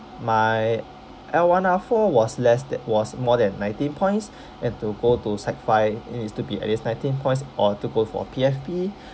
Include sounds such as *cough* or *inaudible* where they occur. my L one R four was less tha~ was more than nineteen points and to go to sec five it needs to be at least nineteen points or to go for P_F_P *breath*